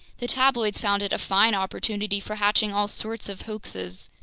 the tabloids found it a fine opportunity for hatching all sorts of hoaxes.